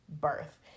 birth